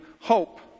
hope